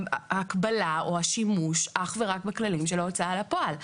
ההקבלה או השימוש אך ורק בכללים של ההוצאה פועל.